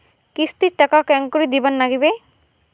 কিস্তির টাকা কেঙ্গকরি দিবার নাগীবে?